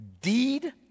deed